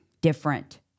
different